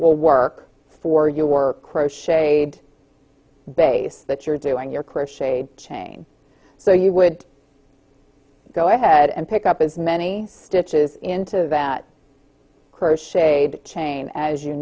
will work for you or crocheted base that you're doing your crocheted chain so you would go ahead and pick up as many stitches into that crocheted chain as you